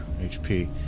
HP